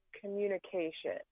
communication